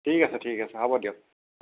ঠিক আছে ঠিক আছে হ'ব দিয়ক